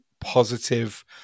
positive